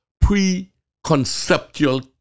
pre-conceptual